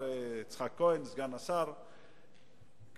סגן השר יצחק כהן,